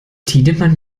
tiedemann